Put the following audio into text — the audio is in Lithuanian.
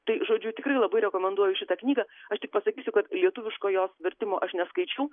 tai žodžiu tikrai labai rekomenduoju šitą knygą aš tik pasakysiu kad lietuviško jos vertimo aš neskaičiau